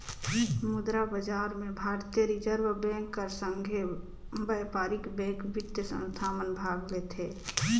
मुद्रा बजार में भारतीय रिजर्व बेंक कर संघे बयपारिक बेंक, बित्तीय संस्था मन भाग लेथें